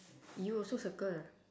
you also circle